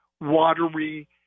watery